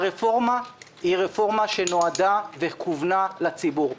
הרפורמה נועדה וכוונה לציבור.